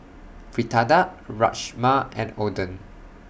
Fritada Rajma and Oden